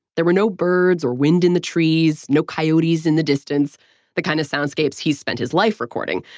there were no birds or wind in the trees, no coyotes in the distance the kind of soundscapes he's spent his life recording.